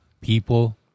people